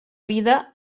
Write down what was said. vida